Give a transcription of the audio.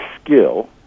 skill